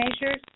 measures